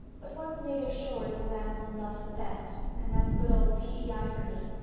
but one's native shore is the land one loves the best, and that's good old p e i. for me.